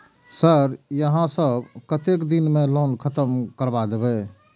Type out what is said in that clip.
Sir यहाँ सब कतेक दिन में लोन खत्म करबाए देबे?